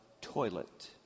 toilet